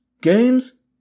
games